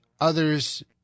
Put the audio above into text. others